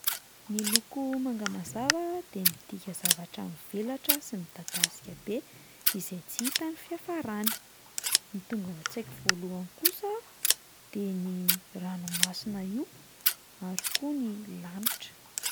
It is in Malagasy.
Ny loko manga mazava de midika zavatra mivelatra sy midadasika be izay tsy hita ny fiafarany, ny tonga ao an-tsaiko voalohany kosa de ny ranomasina io ary koa ny lanitra.